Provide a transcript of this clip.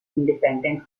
independent